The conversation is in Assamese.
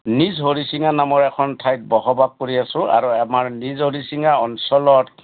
নিজ হৰিচিঙা নামৰ এখন ঠাইত বসবাস কৰি আছোঁ আৰু আমাৰ নিজ হৰিচিঙা অঞ্চলত